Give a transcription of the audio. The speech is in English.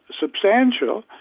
substantial